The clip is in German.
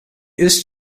ist